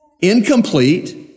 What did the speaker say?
incomplete